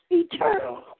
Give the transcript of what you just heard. eternal